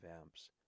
amps